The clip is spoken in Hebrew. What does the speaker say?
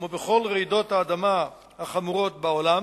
כמו בכל רעידות האדמה החמורות בעולם,